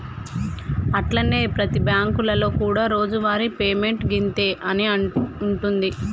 అట్లనే ప్రతి బ్యాంకులలో కూడా రోజువారి పేమెంట్ గింతే అని ఉంటుంది